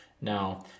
Now